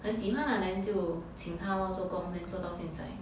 很喜欢 lah then 就请他 lor 做工 then 做到现在